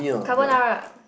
Carbonara